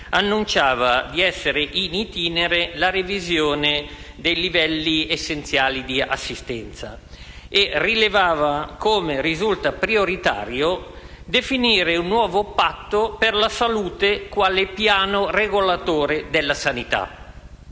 annunciava essere *in itinere* la revisione dei livelli essenziali di assistenza (LEA) e rilevava come risulti prioritario definire un nuovo patto per la salute quale piano regolatore della sanità.